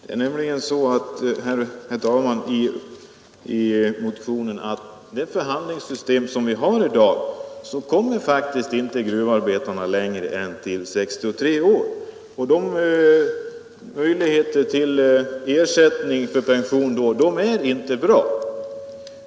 Herr talman! Med det förhandlingssystem som vi har i dag kommer faktiskt inte gruvarbetarna längre än till 63 år, och ersättningsbeloppen för pension vid den åldern är inte bra.